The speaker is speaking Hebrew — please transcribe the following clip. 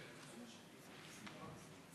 בבקשה, אדוני, עד שלוש דקות.